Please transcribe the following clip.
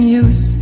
use